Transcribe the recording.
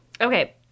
Okay